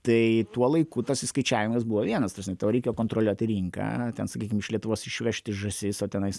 tai tuo laiku tas išskaičiavimas buvo vienas ta prasme tau reikia kontroliuoti rinką ten sakykime iš lietuvos išvežti žąsis o tenais